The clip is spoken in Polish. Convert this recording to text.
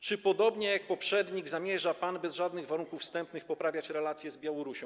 Czy podobnie jak poprzednik zamierza pan bez żadnych warunków wstępnych poprawiać relacje z Białorusią?